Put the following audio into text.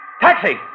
taxi